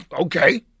Okay